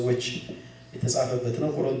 which is out of the world